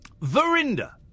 Verinda